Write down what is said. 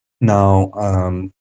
Now